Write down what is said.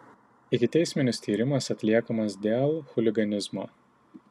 ikiteisminis tyrimas atliekamas dėl chuliganizmo